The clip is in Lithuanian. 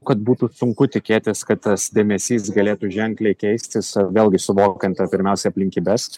kad būtų sunku tikėtis kad tas dėmesys galėtų ženkliai keistis vėlgi suvokiant pirmiausia aplinkybes